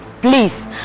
Please